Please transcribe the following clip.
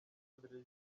mbere